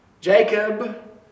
Jacob